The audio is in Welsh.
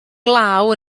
glaw